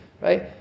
right